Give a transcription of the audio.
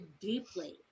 deeply